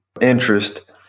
interest